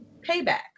payback